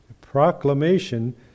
proclamation